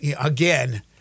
again